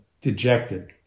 dejected